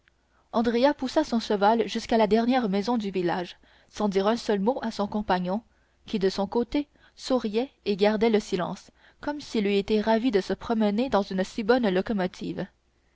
poussa son cheval jusqu'à la dernière maison du village sans dire un seul mot à son compagnon qui de son côté souriait et gardait le silence comme s'il eût été ravi de se promener dans une si bonne locomotive